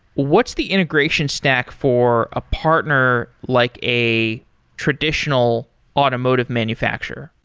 what's the integration stack for a partner like a traditional automotive manufacturer?